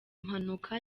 mpanuka